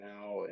now